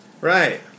right